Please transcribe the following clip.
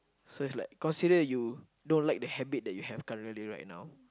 so it's like considered you don't like the habit that you have currently right now